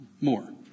more